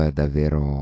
davvero